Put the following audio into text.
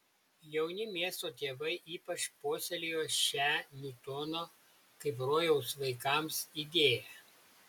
jauni miesto tėvai ypač puoselėjo šią niutono kaip rojaus vaikams idėją